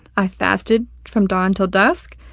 i fasted from dawn til dusk.